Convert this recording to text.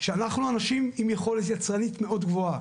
שאנחנו אנשים עם יכולת יצרנית מאוד גבוהה,